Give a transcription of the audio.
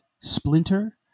Splinter